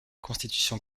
constitution